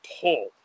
pull